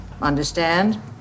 understand